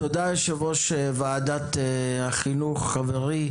תודה, יושב ראש ועדת החינוך, חברי,